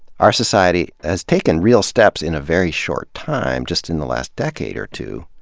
our society has taken real steps in a very short time, just in the last decade or two,